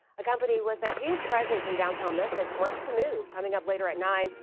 a company with a huge presence in downtown memphis. wants to move! coming up later at nine!